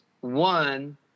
one